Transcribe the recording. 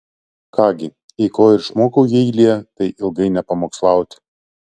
ką gi jei ko ir išmokau jeilyje tai ilgai nepamokslauti